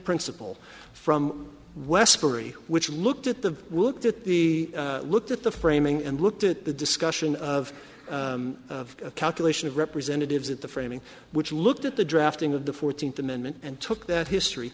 principle from westbury which looked at the looked at the looked at the framing and looked at the discussion of calculation of representatives at the framing which looked at the drafting of the fourteenth amendment and took that history